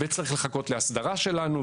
וצריך לחכות לאסדרה שלנו,